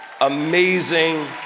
amazing